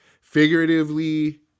figuratively